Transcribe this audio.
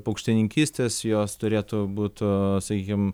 paukštininkystės jos turėtų būt sakykim